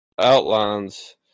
outlines